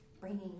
bringing